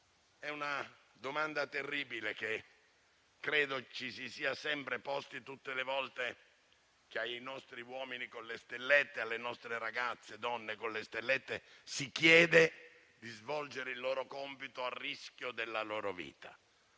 È una domanda terribile, che credo ci si sia sempre posti, tutte le volte che ai nostri uomini e alle nostre ragazze e donne con le stellette si chiede di svolgere il loro compito a rischio della loro vita.